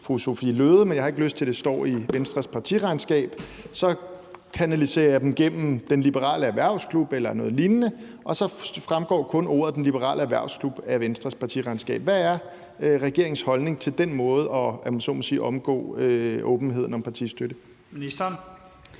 fru Sophie Løhde, men jeg ikke har lyst til, at det står i Venstres partiregnskab, så kanaliserer jeg dem gennem Den Liberale Erhvervsklub eller noget lignende, og så fremgår kun ordene Den Liberale Erhvervsklub af Venstres partiregnskab. Hvad er regeringens holdning til den måde – om man så må sige – at omgå åbenheden